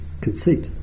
conceit